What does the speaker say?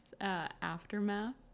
Aftermath